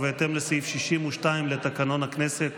ובהתאם לסעיף 62 לתקנון הכנסת,